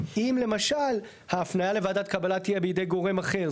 אם למשל ההפניה לוועדת קבלה תהיה בידי גורם אחר.